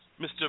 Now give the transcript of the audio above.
Mr